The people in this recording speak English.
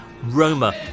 Roma